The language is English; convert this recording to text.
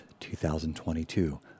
2022